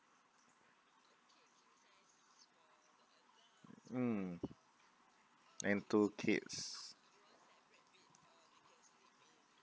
mm and two kids